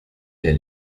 der